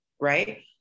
right